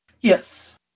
Yes